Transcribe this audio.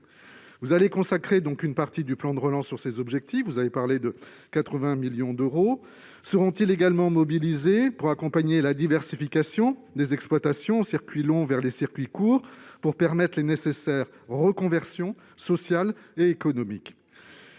Vous allez consacrer une partie du plan de relance à ces objectifs. Les 80 millions d'euros dont vous avez parlé seront-ils également mobilisés pour accompagner la diversification des exploitations en circuit long vers les circuits courts, et pour permettre les nécessaires reconversions sociales et économiques ?